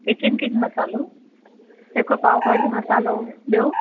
kitchen King मसालो हिकु पावभाजी मसालो ॿियो